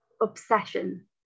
obsession